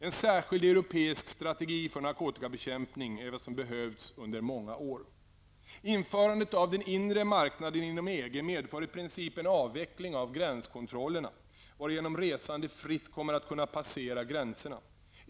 En särskild europeisk strategi för narkotikabekämpning är vad som behövts under många år. medför i princip en avveckling av gränskontrollerna, varigenom resande fritt kommer att kunna passera gränserna.